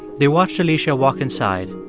they watched alicia walk inside,